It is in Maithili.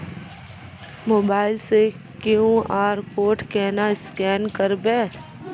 मोबाइल से क्यू.आर कोड केना स्कैन करबै?